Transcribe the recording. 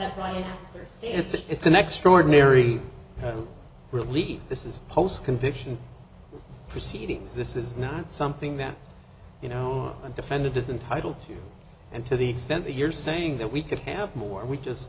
the right it's an extraordinary relief this is post conviction proceedings this is not something that you know i defended this in title two and to the extent that you're saying that we could have more we just